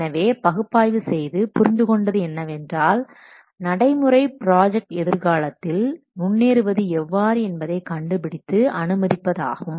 எனவே பகுப்பாய்வு செய்து புரிந்து கொண்டது என்னவென்றால் நடைமுறை ப்ராஜெக்ட் எதிர்காலத்தில் முன்னேறுவது எவ்வாறு என்பதை கண்டுபிடித்து அனுமதிப்பது ஆகும்